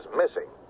missing